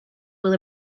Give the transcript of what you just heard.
will